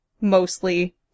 mostly